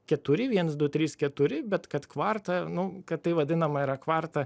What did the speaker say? keturi viens du trys keturi bet kad kvarta nu kad tai vadinama yra kvarta